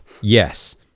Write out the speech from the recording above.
yes